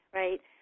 right